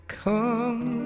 come